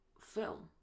Film